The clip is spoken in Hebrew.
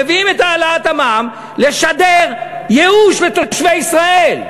מביאים את העלאת המע"מ לשדר ייאוש לתושבי ישראל.